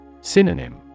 Synonym